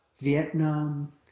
Vietnam